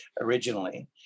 originally